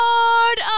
Lord